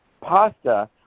pasta